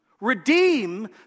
Redeem